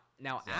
now